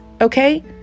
okay